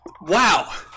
Wow